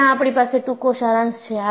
અહિયાં આપણી પાસે ટૂંકો સારાંશ છે